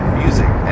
music